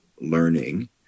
learning